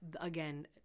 Again